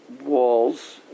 walls